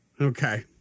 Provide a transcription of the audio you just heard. okay